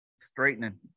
Straightening